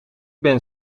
ben